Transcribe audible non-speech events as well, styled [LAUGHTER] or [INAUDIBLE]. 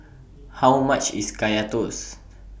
How much IS [NOISE] Kaya Toast